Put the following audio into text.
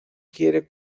quiere